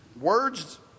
words